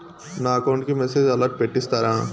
నా అకౌంట్ కి message alert పెట్టిస్తారా